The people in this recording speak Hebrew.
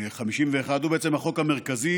מ-1951 הוא בעצם החוק המרכזי